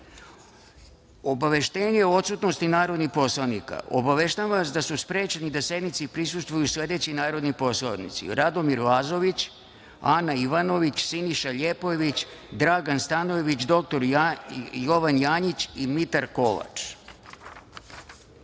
skupštine. Obaveštenje o odsutnosti narodnih poslanika. Obaveštavam vas da su sprečeni da sednici prisustvuju sledeći narodni poslanici: Radomir Lazović, Ana Ivanović, Siniša Ljepojević, Dragan Stanojević, dr Jovan Janjić i Mitar